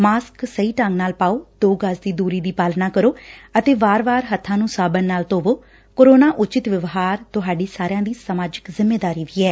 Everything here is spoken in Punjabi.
ਮਾਸਕ ਸਹੀ ਢੰਗ ਨਾਲ ਪਾਓ ਦੋ ਗਜ਼ ਦੀ ਦੁਰੀ ਦਾ ਪਾਲਣ ਕਰੋ ਅਤੇ ਵਾਰ ਵਾਰ ਹੱਬਾਂ ਨੂੰ ਸਾਬਣ ਨਾਲ ਧੋਵੋ ਕੋਰੋਨਾ ਊਚਿਤ ਵਿਵਹਾਰ ਤੁਹਾਡੀ ਸਮਾਜਿਕ ਜਿੰਮੇਵਾਰੀ ਵੀ ਏ